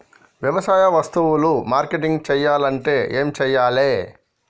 వ్యవసాయ వస్తువులు మార్కెటింగ్ చెయ్యాలంటే ఏం చెయ్యాలే?